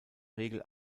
regel